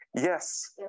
Yes